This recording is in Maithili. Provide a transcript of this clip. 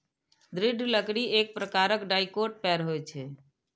दृढ़ लकड़ी एक प्रकारक डाइकोट पेड़ होइ छै